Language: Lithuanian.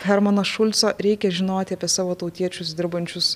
hermano šulco reikia žinoti apie savo tautiečius dirbančius